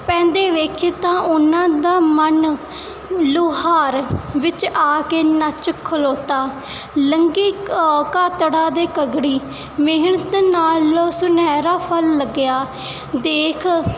ਪੈਂਦੇ ਵੇਖੇ ਤਾਂ ਉਹਨਾਂ ਦਾ ਮਨ ਲੁਹਾਰ ਵਿੱਚ ਆ ਕੇ ਨੱਚ ਖਲੋਤਾ ਲੰਘੇ ਕਾਧੜਾ ਦੇ ਕਗੜੀ ਮਿਹਨਤ ਨਾਲ ਸੁਨਹਿਰਾ ਫਲ ਲੱਗਿਆ ਦੇਖ